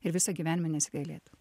ir visą gyvenimą nesigailėtum